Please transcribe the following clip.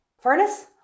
Furnace